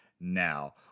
Now